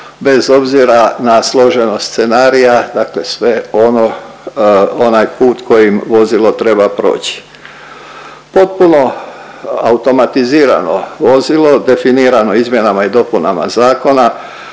bez obzira na složenost scenarija, dakle sve ono, onaj put kojim vozilo treba proći. Potpuno automatizirano vozilo definirano izmjenama i dopunama zakona